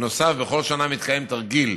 בנוסף, בכל שנה מתקיים תרגיל